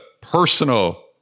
personal